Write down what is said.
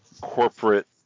corporate